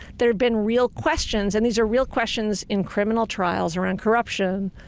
there have been real questions and these are real questions in criminal trials around corruption,